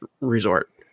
resort